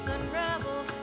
unravel